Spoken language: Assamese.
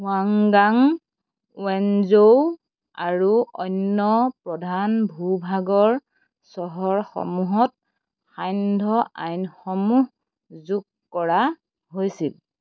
হুৱাংগাং ৱেনঝৌ আৰু অন্য প্ৰধান ভূভাগৰ চহৰসমূহত সান্ধ্য আইনসমূহ যোগ কৰা হৈছিল